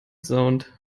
zoned